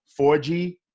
4G